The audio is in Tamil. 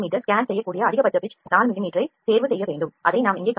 ஸ்கேன் செய்யக்கூடிய அதிகபட்ச pitch 4 மிமீ ஐ தேர்வு செய்யவேண்டும் அதை நாம் இங்கே காணலாம்